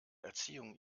erziehung